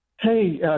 Hey